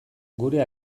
gure